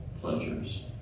pleasures